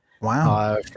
Wow